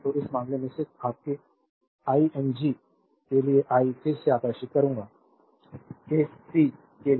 तो इस मामले में सिर्फ आपके आईएनजी के लिए आई फिर से आकर्षित करूंगा केस सी के लिए